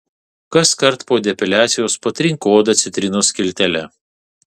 kaskart po depiliacijos patrink odą citrinos skiltele